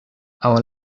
our